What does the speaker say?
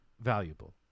valuable